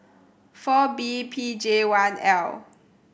four B P J one L